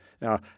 Now